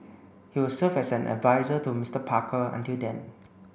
he will serve as an adviser to Mister Parker until then